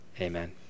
amen